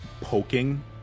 poking